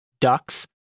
ducks